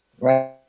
right